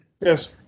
Yes